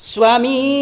Swami